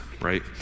right